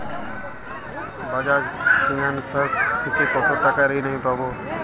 বাজাজ ফিন্সেরভ থেকে কতো টাকা ঋণ আমি পাবো?